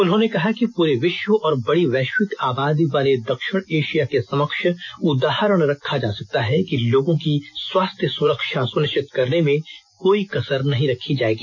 उन्होंने कहा कि प्रे विश्व और बड़ी वैश्विक आबादी वाले दक्षिण एशिया के समक्ष उदाहरण रखा जा सकता है कि लोगों की स्वास्थ्य सुरक्षा सुनिश्चित करने में कोई कसर नहीं रखी जाएगी